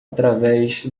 através